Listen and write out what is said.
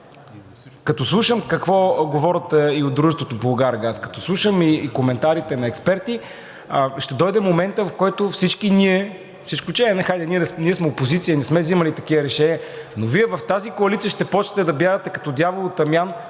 като слушам какво говорят и от дружеството „Булгаргаз“, като слушам и коментарите на експерти, ще дойде моментът, в който всички ние, с изключение – хайде, ние сме опозиция, не сме вземали такива решения, но Вие в тази коалиция ще започнете да бягате като дявол от тамян